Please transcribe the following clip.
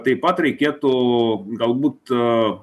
taip pat reikėtų galbūt